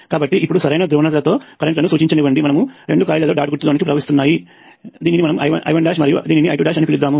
కాబట్టి ఇప్పుడు సరైన ధ్రువణతలతో కరెంట్ లను సూచించనివ్వండి మనము రెండు కాయిల్ లలో డాట్ గుర్తు లోనికి ప్రవహిస్తున్నాయి దీనిని మనము I1అని మరియు ఇది దీనిని I2అని పిలుద్దాము